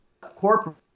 corporate